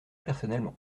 personnellement